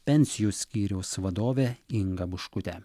pensijų skyriaus vadovė inga buškutė